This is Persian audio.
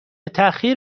تاخیر